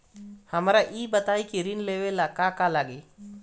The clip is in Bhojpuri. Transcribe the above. हमरा ई बताई की ऋण लेवे ला का का लागी?